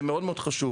זה מאוד חשוב.